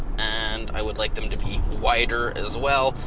and i would like them to be wider as well.